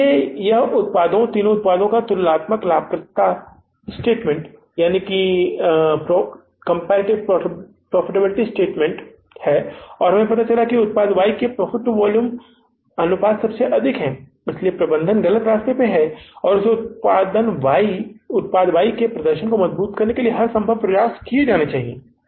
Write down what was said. इसलिए यह उत्पादों तीन उत्पादों का तुलनात्मक लाभप्रदता कथन है और हमें पता चला है कि उत्पाद Y के प्रॉफिट टू वोल्यूम अनुपात सबसे अधिक है इसलिए प्रबंधन गलत रास्ते पर है और इसे उत्पाद वाई का प्रदर्शन मजबूत करने के लिए हरसंभव प्रयास किए जाने चाहिए